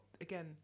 again